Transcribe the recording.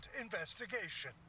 investigation